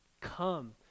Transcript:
Come